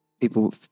people